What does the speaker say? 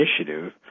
Initiative